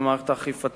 וגם מערכת האכיפה,